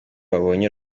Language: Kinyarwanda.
babonye